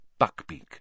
Buckbeak